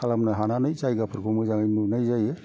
खालामनो हानानै जायगाफोरखौ मोजाङै नुनाय जायो